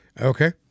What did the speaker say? Okay